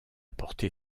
porté